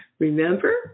Remember